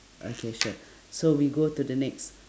okay sure so we go to the next